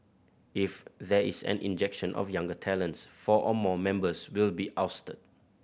if there is an injection of younger talents four or more members will be ousted